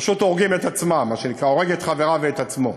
פשוט הורגים את עצמם, הורג את חבריו ואת עצמו.